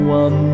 one